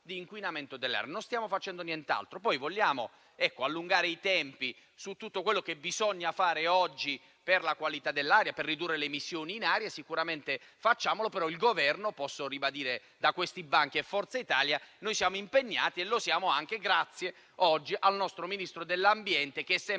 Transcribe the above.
non stiamo facendo nient'altro. Vogliamo inoltre allungare i tempi su tutto quello che bisogna fare oggi per la qualità dell'aria e per ridurre le emissioni in aria? Sicuramente facciamolo, però il Governo - lo posso ribadire da questi banchi - e noi di Forza Italia siamo impegnati anche grazie al nostro Ministro dell'ambiente, che è sempre